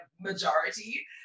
majority